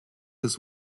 his